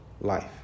life